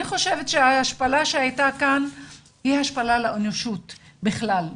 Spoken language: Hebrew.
אני חושבת שההשפלה שהייתה כאן היא השפלה לאנושות בכלל,